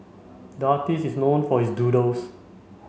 the artist is known for his doodles